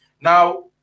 Now